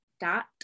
dot